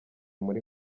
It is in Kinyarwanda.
muri